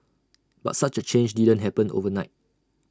but such A change didn't happen overnight